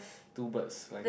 two birds flying